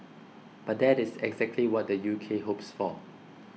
but that is exactly what the U K hopes for